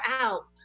out